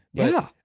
yeah!